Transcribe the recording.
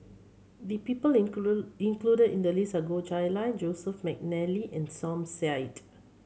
the people included in the list are Goh Chiew Lye Joseph McNally and Som Said